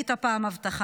היית פעם הבטחה.